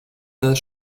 does